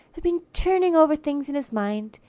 had been turning over things in his mind,